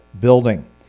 building